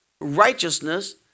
righteousness